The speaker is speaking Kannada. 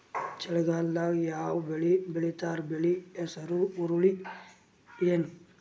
ಚಳಿಗಾಲದಾಗ್ ಯಾವ್ ಬೆಳಿ ಬೆಳಿತಾರ, ಬೆಳಿ ಹೆಸರು ಹುರುಳಿ ಏನ್?